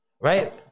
Right